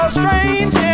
strange